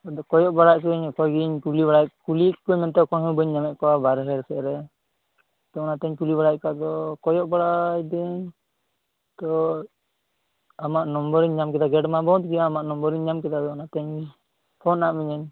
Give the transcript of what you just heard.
ᱟᱫᱚ ᱠᱚᱭᱚᱜ ᱵᱟᱲᱟᱭᱮᱫ ᱠᱚᱣᱟᱹᱧ ᱚᱠᱚᱭ ᱜᱮ ᱠᱩᱞᱤ ᱵᱟᱲᱟ ᱠᱩᱞᱤᱭᱮᱫ ᱠᱚᱣᱟᱹᱧ ᱢᱮᱱᱛᱮ ᱚᱠᱚᱭ ᱦᱚᱸ ᱵᱟᱹᱧ ᱧᱟᱢᱮᱫ ᱠᱚᱣᱟ ᱵᱟᱨᱦᱮ ᱫᱷᱟᱨᱮ ᱥᱮᱫ ᱨᱮ ᱛᱚ ᱚᱱᱟᱛᱤᱧ ᱠᱩᱞᱤ ᱵᱟᱲᱟᱭᱮᱫ ᱠᱚᱣᱟ ᱟᱫᱚ ᱠᱚᱭᱚᱜ ᱵᱟᱲᱟᱭᱮᱫᱟᱹᱧ ᱛᱚ ᱟᱢᱟᱜ ᱱᱚᱢᱵᱚᱨᱤᱧ ᱧᱟᱢ ᱠᱮᱫᱟ ᱜᱮᱹᱴᱢᱟ ᱵᱚᱱᱫ ᱜᱮᱭᱟ ᱟᱢᱟᱜ ᱱᱚᱢᱵᱚᱨᱤᱧ ᱧᱟᱢ ᱠᱮᱫᱟ ᱟᱫᱚ ᱚᱱᱟᱛᱤᱧ ᱯᱷᱳᱱᱟᱫ ᱢᱤᱭᱟᱹᱧ